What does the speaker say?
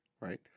right